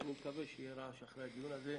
ואני מקווה שיהיה רעש אחרי הדיון הזה.